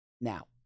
Now